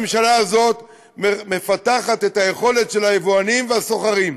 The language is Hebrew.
הממשלה הזאת מפתחת את היכולת של היבואנים והסוחרים,